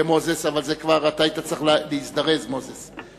וגם מוזס, אבל אתה היית צריך להזדרז, מוזס.